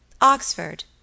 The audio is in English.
Oxford